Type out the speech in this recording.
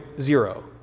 zero